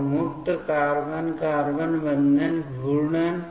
तो मुक्त carbon carbon बंधन घूर्णन